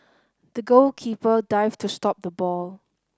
the goalkeeper dived to stop the ball